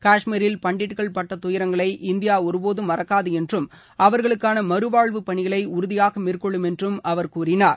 காஷ்மீரில் பண்டிட்கள் பட்ட துயரங்களை இந்தியா ஒருபோதும் மறக்காது என்றும் அவர்களுக்கான மறுவாழ்வு பணிகளை உறுதியாக மேற்கொள்ளும் என்றும் அவர் கூறினார்